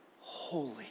holy